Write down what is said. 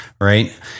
Right